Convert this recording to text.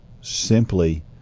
simply